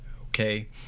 Okay